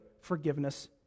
forgiveness